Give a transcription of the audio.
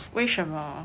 为什么